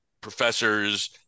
professors